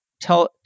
tell